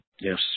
Yes